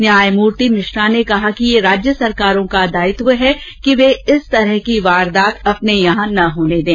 न्यायमूर्ति मिश्रा ने कहा कि यह राज्य सरकारों का दायित्व है कि वे इस तरह की वारदाते अपने यहां न होने दें